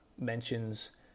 mentions